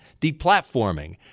deplatforming